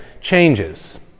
changes